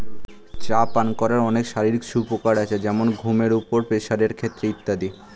চা পান করার অনেক শারীরিক সুপ্রকার আছে যেমন ঘুমের উপর, প্রেসারের ক্ষেত্রে ইত্যাদি